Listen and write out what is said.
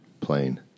Plain